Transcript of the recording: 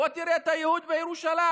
בוא תראה את הייהוד בירושלים,